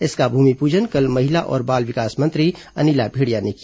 इसका भूमिपूजन कल महिला और बाल विकास मंत्री अनिला भेडिया ने किया